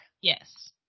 Yes